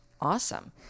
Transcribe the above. awesome